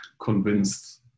convinced